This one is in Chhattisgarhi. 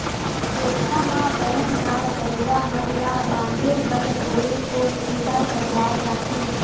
कोठा म बने गाय गरुवा मन ल बांधे बर कोरे कोर खूंटा गड़ियाये जाथे